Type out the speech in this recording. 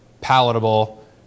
palatable